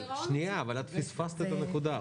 שנייה, אבל פספסת את הנקודה.